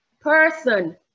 person